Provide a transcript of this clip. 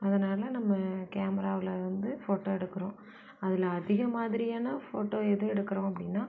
அதனால் நம்ம கேமராவில் வந்து ஃபோட்டோ எடுக்கிறோம் அதில் அதிக மாதிரியான ஃபோட்டோ எது எடுக்கிறோம் அப்படின்னா